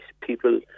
People